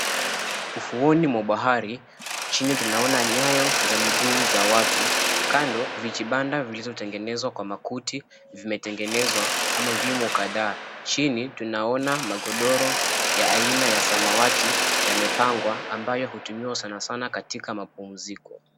Ufuoni mwa bahari, chini tunaona nyayo za miguu za watu. Kando vijibanda vilivyotengenezwa kwa makuti vimetengenezwa ama vyumo kadhaa. Chini tunaona magodoro ya aina ya samawati yamepangwa ambayo hutumiwa sana sana katika mapumziko.